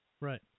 Right